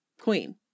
Queen